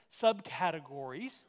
subcategories